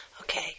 Okay